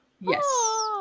Yes